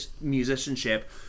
musicianship